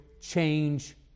change